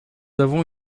avons